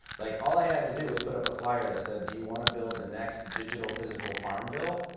like all i had to do was put up a flyer that said, do you want to build the next digital physical farmville,